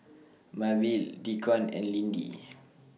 Mabelle Deacon and Lindy